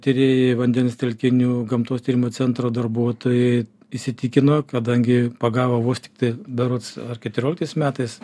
tirėjai vandens telkinių gamtos tyrimų centro darbuotojai įsitikino kadangi pagavo vos tiktai berods ar keturioliktais metais